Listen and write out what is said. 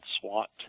SWAT